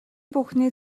бүхний